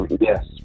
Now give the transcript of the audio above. Yes